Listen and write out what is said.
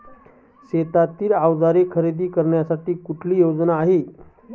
शेतीची अवजारे खरेदी करण्यासाठी कुठली योजना आहे?